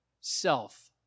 self